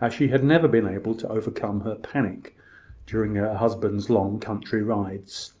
as she had never been able to overcome her panic during her husband's long country rides